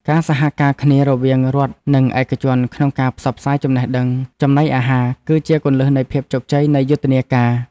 ការសហការគ្នារវាងរដ្ឋនិងឯកជនក្នុងការផ្សព្វផ្សាយចំណេះដឹងចំណីអាហារ គឺជាគន្លឹះនៃភាពជោគជ័យនៃយុទ្ធនាការ។